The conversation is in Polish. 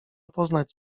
poznać